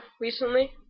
recently